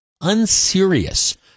unserious